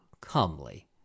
comely